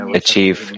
achieve